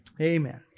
Amen